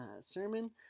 sermon